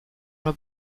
were